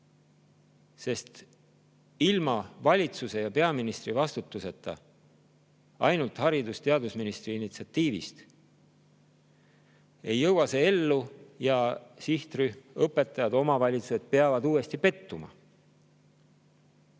sest ilma valitsuse ja peaministri vastutuseta, ainult haridus- ja teadusministri initsiatiiviga ei [saa] seda ellu viia ja sihtrühm – õpetajad, omavalitsused – peab uuesti pettuma.